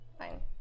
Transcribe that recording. Fine